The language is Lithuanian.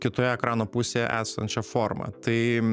kitoje ekrano pusėje esančią formą tai